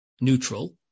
neutral